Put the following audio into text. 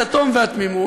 את התום והתמימות,